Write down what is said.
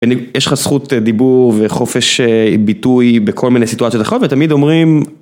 ויש לך זכות דיבור וחופש ביטוי בכל מיני סיטואציות אחרות ותמיד אומרים